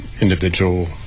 individual